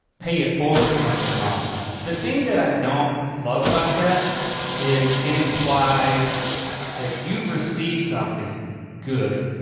pay it forward comes to mind. the thing that i don't love about that is it implies that you've received something good,